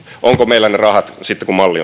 onko meillä ne rahat sitten kun malli